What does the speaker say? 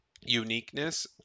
uniqueness